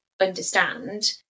understand